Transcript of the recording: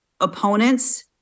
opponents